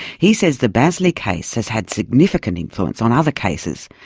he says the bazley case has had significant influence on other cases,